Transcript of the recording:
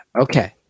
Okay